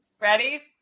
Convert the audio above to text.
Ready